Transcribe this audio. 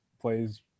plays –